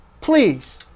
Please